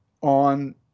on